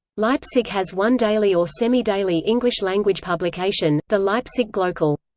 leipzig has one daily or semi-daily english-language publication, the leipzig glocal.